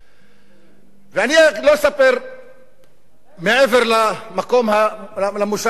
ואני לא אספר מעבר למקום היישוב שלי,